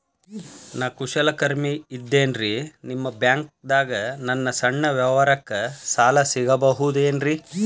ನಾ ಕುಶಲಕರ್ಮಿ ಇದ್ದೇನ್ರಿ ನಿಮ್ಮ ಬ್ಯಾಂಕ್ ದಾಗ ನನ್ನ ಸಣ್ಣ ವ್ಯವಹಾರಕ್ಕ ಸಾಲ ಸಿಗಬಹುದೇನ್ರಿ?